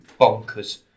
bonkers